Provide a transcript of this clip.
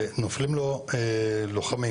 ונופלים לו לוחמים.